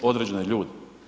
Određene ljude.